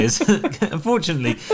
unfortunately